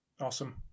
Awesome